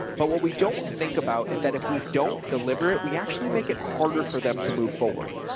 but what we don't think about is that if we don't deliver it, we actually make it harder for them to move forward.